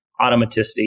automaticity